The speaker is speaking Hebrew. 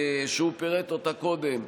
שהוא פירט אותה קודם,